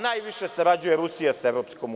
Najviše sarađuje Rusija sa EU.